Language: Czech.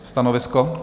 Stanovisko?